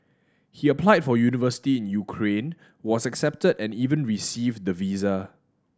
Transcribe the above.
he applied for university in Ukraine was accepted and even received the visa